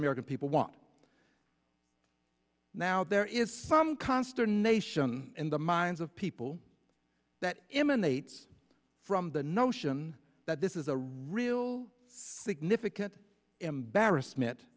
american people want now there is some consternation in the minds of people that emanates from the notion that this is a real significant embarrassment